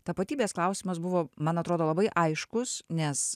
tapatybės klausimas buvo man atrodo labai aiškus nes